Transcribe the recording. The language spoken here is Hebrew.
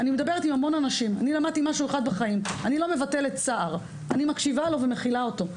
אני לא מבטלת צער, אני מקשיבה לו ומכילה אותו.